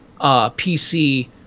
PC